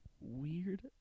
weird